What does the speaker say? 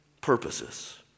purposes